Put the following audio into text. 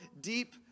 deep